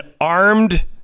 armed